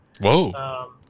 Whoa